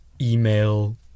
email